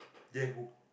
ya who